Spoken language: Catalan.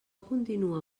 continua